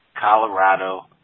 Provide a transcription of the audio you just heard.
Colorado